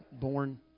born